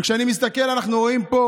וכשאני מסתכל, אנחנו רואים פה